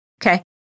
okay